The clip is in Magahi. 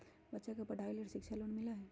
बच्चा के पढ़ाई के लेर शिक्षा लोन मिलहई?